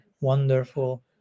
wonderful